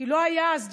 כי לא היו אז דירות.